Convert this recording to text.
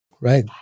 right